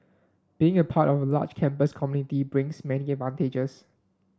being a part of a large campus community brings many advantages